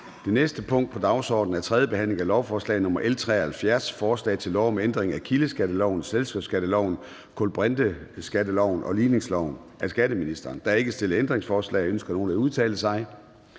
Det næste punkt på dagsordenen er: 6) 3. behandling af lovforslag nr. L 73: Forslag til lov om ændring af kildeskatteloven, selskabsskatteloven, kulbrinteskatteloven og ligningsloven. (Indførelse af begrænset skattepligt